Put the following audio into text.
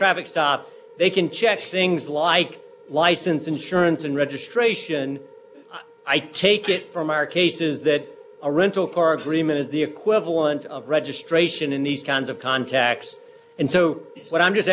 traffic stop they can check things like license insurance and registration i take it from our case is that a rental for agreement is the equivalent of registration in these kinds of contacts and so what i'm just